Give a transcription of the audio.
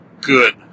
good